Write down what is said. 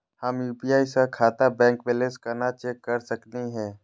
हम यू.पी.आई स खाता बैलेंस कना चेक कर सकनी हे?